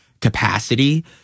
capacity